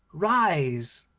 rise,